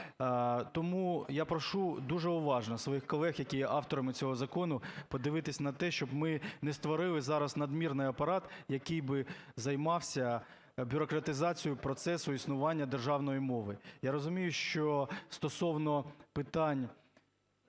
Тому я прошу дуже уважно своїх колег, які є авторами цього закону, подивитися на те, щоб ми не створили зараз надмірний апарат, який би займався бюрократизацією процесу існування державної мови. Я розумію, що стосовно питань